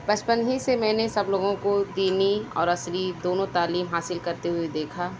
بچپن ہی سے میں نے سب لوگوں کو دِینی اور عصری دونوں تعلیم حاصل کرتے ہوئے دیکھا